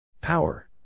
Power